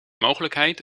mogelijkheid